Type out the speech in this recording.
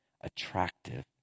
attractive